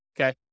Okay